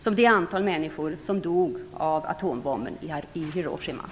som det antal människor som dog av atombomben i Hiroshima.